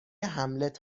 هملت